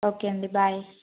okay అండి bye